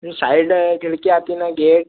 जो साइड खिड़की आती न गेट